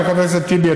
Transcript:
חבר הכנסת טיבי,